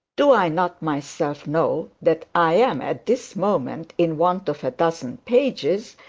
do i not myself know that i am at this moment in want of a dozen pages,